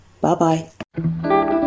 Bye-bye